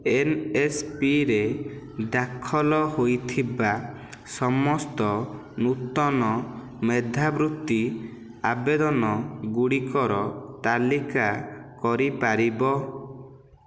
ଏନ୍ଏସ୍ପିରେ ଦାଖଲ ହୋଇଥିବା ସମସ୍ତ ନୂତନ ମେଧାବୃତ୍ତି ଆବେଦନଗୁଡ଼ିକର ତାଲିକା କରି ପାରିବ